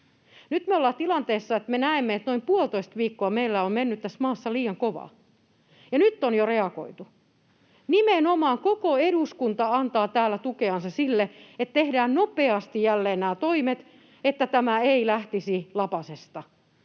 Nyt me ollaan tilanteessa, että me näemme, että noin puolitoista viikkoa meillä on mennyt tässä maassa liian kovaa, ja nyt on jo reagoitu. Nimenomaan koko eduskunta antaa täällä tukeansa sille, että tehdään nopeasti jälleen nämä toimet, että tämä ei lähtisi lapasesta.